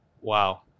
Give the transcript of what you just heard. Wow